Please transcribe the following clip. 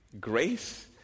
grace